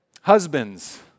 Husbands